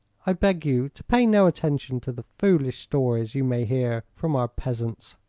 i beg you to pay no attention to the foolish stories you may hear from our peasants.